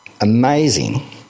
amazing